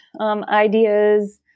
ideas